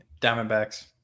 Diamondbacks